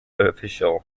official